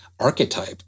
archetype